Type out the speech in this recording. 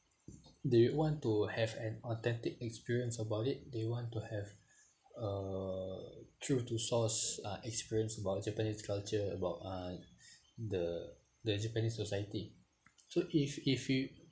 they want to have an authentic experience about it they want to have a true to source uh experience about japanese culture about uh the the japanese society so if if you